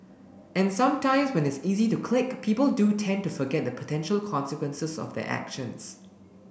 and sometimes when it's so easy to click people do tend to forget the potential consequences of their actions